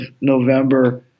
November